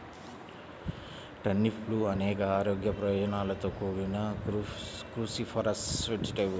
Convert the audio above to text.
టర్నిప్లు అనేక ఆరోగ్య ప్రయోజనాలతో కూడిన క్రూసిఫరస్ వెజిటేబుల్